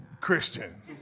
Christian